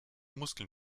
muskeln